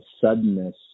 suddenness